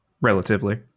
Relatively